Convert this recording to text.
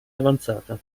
avanzata